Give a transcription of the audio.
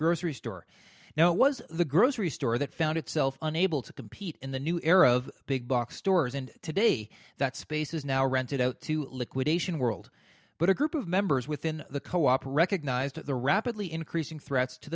grocery store now it was the grocery store that found itself unable to compete in the new era of big box stores and today that space is now rented out to liquidation world but a group of members within the co op recognized the rapidly increasing threats to